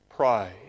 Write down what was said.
Pride